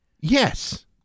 Yes